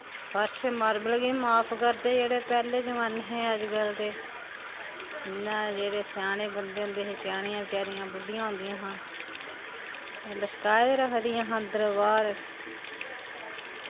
फर्श मार्बल गी बी माफ करदे हे जेह्ड़े पैह्ले जमाने हे अजकल्ल ते इन्नां जेह्ड़े सेआने बंदे होंदे हे सेआनियां बचैरियां बुड्ढियां होंदियां हां लशकाये दे रक्खदियां हियां अंदर बाह्र